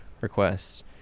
requests